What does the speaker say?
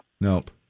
nope